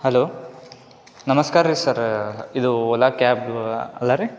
hello ನಮಸ್ಕಾರ ರೀ sir ಇದು ಓಲಾ ಕ್ಯಾಬ್ದು ಅಲ್ವಾ ರೀ